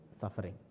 suffering